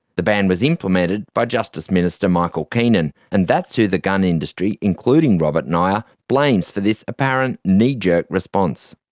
the ban was implemented by justice minister michael keenan and that's who the gun industry, including robert nioa, blames for this apparent knee jerk response.